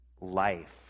life